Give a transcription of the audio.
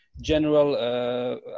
general